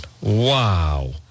Wow